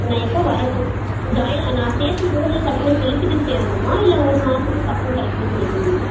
நான் எப்போ வரட்டும் ஜாயின் நான் சேரும்போது கட்டணம் செலுத்திவிட்டு சேரணுமா இல்லை ஒரு மாதத்துக்கு அப்புறம் கட்டணம் செலுத்தணுமா